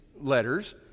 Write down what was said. letters